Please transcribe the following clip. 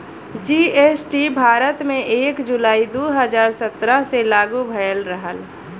GST Bharat में एक जुलाई दू हजार सत्रह से लागू भयल रहल